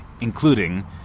including